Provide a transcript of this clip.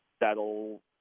that'll